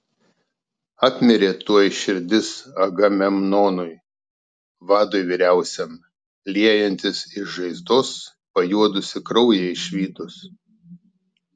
apmirė tuoj širdis agamemnonui vadui vyriausiam liejantis iš žaizdos pajuodusį kraują išvydus